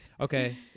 Okay